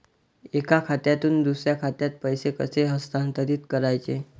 एका खात्यातून दुसऱ्या खात्यात पैसे कसे हस्तांतरित करायचे